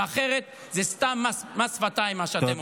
אחרת זה סתם מס שפתיים, מה שאתם אומרים.